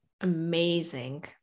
Amazing